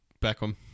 Beckham